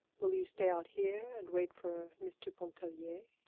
will you stay out here and wait for mr. pontellier?